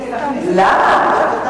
למה?